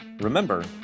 remember